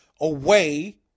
away